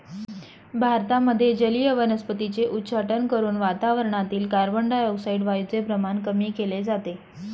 भारतामध्ये जलीय वनस्पतींचे उच्चाटन करून वातावरणातील कार्बनडाय ऑक्साईड वायूचे प्रमाण कमी केले जाते